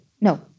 no